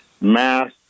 mass